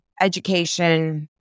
education